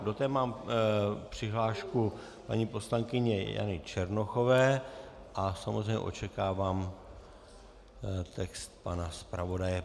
Do té mám přihlášku paní poslankyně Jany Černochové a samozřejmě očekávám text pana zpravodaje.